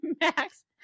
Max